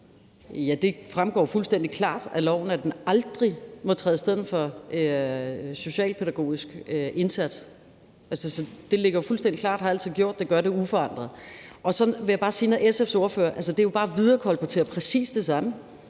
Ja, det fremgår fuldstændig klart af loven, at den aldrig må træde i stedet for en socialpædagogisk indsats. Altså, det ligger jo fuldstændig klart, har altid gjort det og gør det uforandret. Og så vil jeg sige til SF's ordfører, at det jo bare er at viderekolportere præcis det samme,